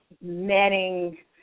Manning